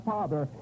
Father